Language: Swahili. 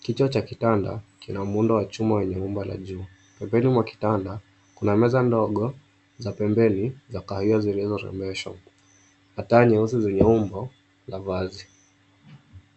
Kichwa cha kitanda kina muundo wa chuma wenye umbo la jivu pembeni mwa kitanda kuna meza ndogo za pembeni za kahawia zilizo rembeshwa na taa nyeusi zenye umbo la vazi.